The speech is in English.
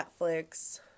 netflix